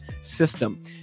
system